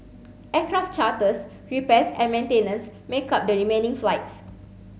aircraft charters repairs and maintenance make up the remaining flights